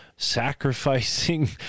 sacrificing